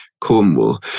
Cornwall